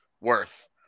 worth